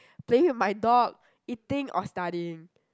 playing with my dog eating or studying